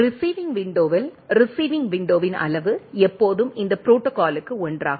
receiving விண்டோவில் receiving விண்டோவின் அளவு எப்போதும் இந்த ப்ரோடோகாலுக்கு 1 ஆகும்